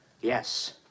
Yes